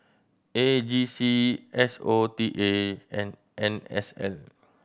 A G C S O T A and N S L